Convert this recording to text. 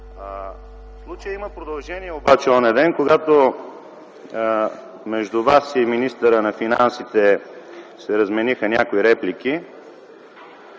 Случаят има продължение обаче ония ден, когато между Вас и министъра на финансите се размениха някои реплики,